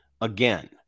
again